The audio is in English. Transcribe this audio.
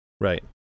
Right